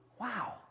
Wow